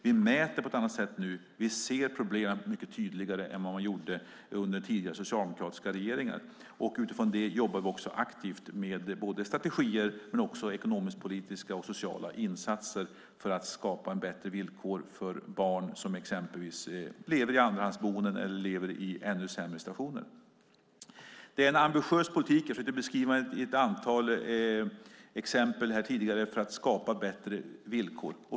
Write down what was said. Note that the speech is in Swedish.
Vi mäter nu på att annat sätt och ser problemen mycket tydligare än vad man gjorde under tidigare socialdemokratiska regeringar. Utifrån det arbetar vi aktivt med strategier men också med ekonomisk-politiska och sociala insatser för att skapa bättre villkor för barn som exempelvis lever i andrahandsboende eller ännu sämre situationer. Det är en ambitiös politik. Jag försökte beskriva den i ett antal exempel här tidigare för att skapa bättre villkor.